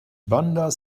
bandar